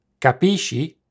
Capisci